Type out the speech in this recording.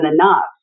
enough